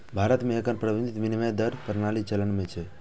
भारत मे एखन प्रबंधित विनिमय दर प्रणाली चलन मे छै